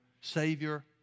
Savior